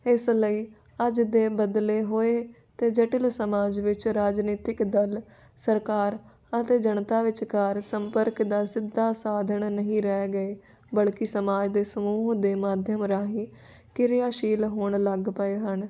ਇਸ ਲਈ ਅੱਜ ਦੇ ਬਦਲੇ ਹੋਏ ਅਤੇ ਜਟਿਲ ਸਮਾਜ ਵਿੱਚ ਰਾਜਨੀਤਿਕ ਦਲ ਸਰਕਾਰ ਅਤੇ ਜਨਤਾ ਵਿੱਚਕਾਰ ਸੰਪਰਕ ਦਾ ਸਿੱਧਾ ਸਾਧਣ ਨਹੀਂ ਰਹਿ ਗਏ ਬਲਕਿ ਸਮਾਜ ਦੇ ਸਮੂਹ ਦੇ ਮਾਧਿਅਮ ਰਾਹੀਂ ਕਿਰਿਆਸ਼ੀਲ ਹੋਣ ਲੱਗ ਪਏ ਹਨ